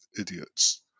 idiots